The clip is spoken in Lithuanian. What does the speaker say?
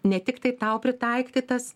ne tik tai tau pritaiktytas